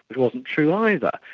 it wasn't true either.